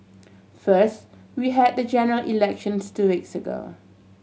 first we had the general elections two weeks ago